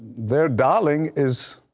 their darling is